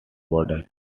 border